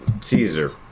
Caesar